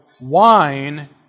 wine